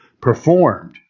performed